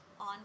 on